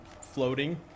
floating